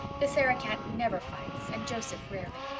the sarah-cat never fights and joseph rarely.